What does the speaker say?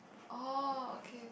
oh okay